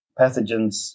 pathogens